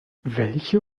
welche